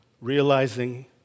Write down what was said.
realizing